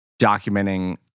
documenting